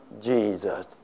Jesus